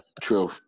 True